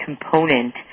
component